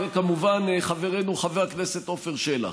וכמובן חברנו חבר הכנסת עפר שלח.